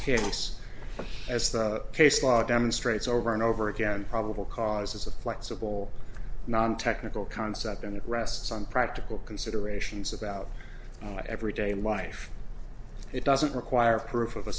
case as the case law demonstrates over and over again probable cause is a flexible non technical concept and it rests on practical considerations about everyday life it doesn't require proof of a